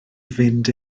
fynd